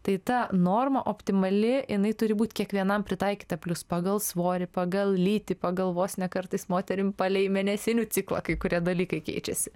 tai ta norma optimali jinai turi būt kiekvienam pritaikyta plius pagal svorį pagal lytį pagal vos ne kartais moterim palei mėnesinių ciklą kai kurie dalykai keičiasi